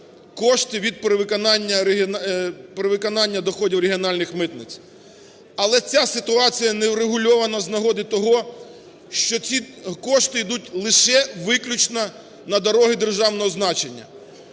кошти від перевиконання доходів регіональних митниць. Але ця ситуація не врегульована з нагоди того, що ці кошти йдуть лише виключно на дороги державного значення.